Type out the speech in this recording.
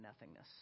nothingness